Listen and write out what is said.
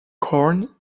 corn